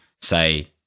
say